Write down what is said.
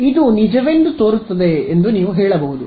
ಇದು ನಿಜವೆಂದು ತೋರುತ್ತದೆ ಎಂದು ನೀವು ಹೇಳಬಹುದು